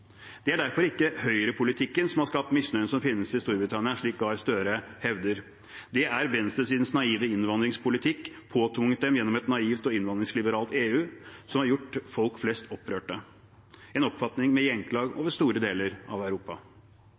Det er derfor ikke høyrepolitikken som har skapt misnøyen som finnes i Storbritannia, slik Gahr Støre hevder. Det er venstresidens naive innvandringspolitikk påtvunget dem gjennom et naivt og innvandringsliberalt EU som har gjort folk flest opprørt – en oppfatning med gjenklang over store deler av Europa.